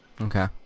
Okay